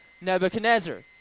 Nebuchadnezzar